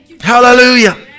Hallelujah